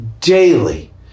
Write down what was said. daily